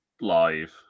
live